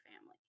family